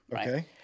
Okay